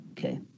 Okay